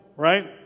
right